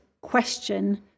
question